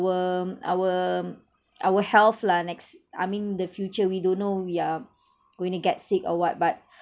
our our health lah next I mean in the future we don't know we are going to get sick or what but